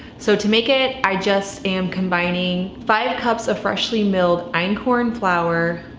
so to make it, i just am combining five cups of freshly milled einkorn flour,